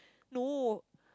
no